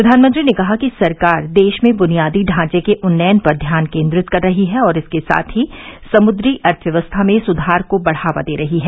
प्रधानमंत्री ने कहा कि सरकार देश में बुनियादी ढांचे के उन्नयन पर ध्यान केन्द्रित कर रही है और इसके साथ ही समुद्री अर्थव्यवस्था में सुधार को बढावा दे रही है